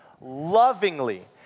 lovingly